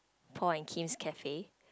Paul and Kim's cafe